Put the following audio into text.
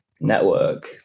network